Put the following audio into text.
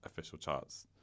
officialcharts